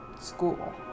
school